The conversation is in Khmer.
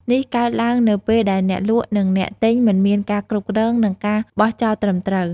នេះកើតឡើងនៅពេលដែលអ្នកលក់ និងអ្នកទិញមិនមានការគ្រប់គ្រង និងការបោះចោលត្រឹមត្រូវ។